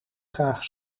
graag